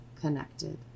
connected